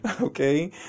okay